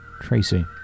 Tracy